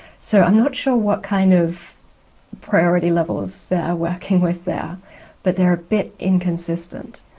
so i'm not sure what kind of priority levels they're working with there but they're a bit inconsistent.